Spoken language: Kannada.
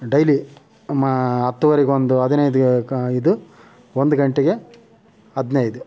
ಡೈಲಿ ಮ ಹತ್ತುವರೆಗೊಂದು ಹದಿನೈದು ಕ ಇದು ಒಂದು ಗಂಟೆಗೆ ಹದಿನೈದು